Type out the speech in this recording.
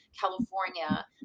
California